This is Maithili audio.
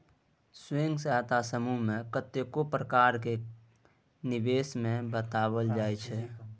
स्वयं सहायता समूह मे कतेको प्रकार केर निबेश विषय मे बताओल जाइ छै